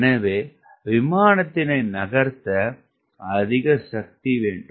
எனவே விமானத்தினை நகர்த்த அதிக சக்தி வேண்டும்